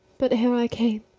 but, ere i came